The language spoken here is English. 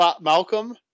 Malcolm